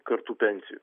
kartų pensijų